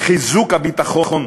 חיזוק הביטחון התעסוקתי,